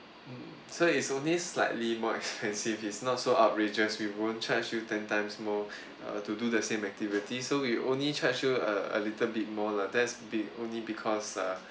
mm so it's only slightly more expensive it's not so outrageous we won't charge you ten times more uh to do the same activities so we only charge you a uh little bit more lah that's be~ only because